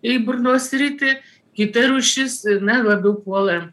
į burnos sritį kita rūšis na labiau puola